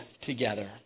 together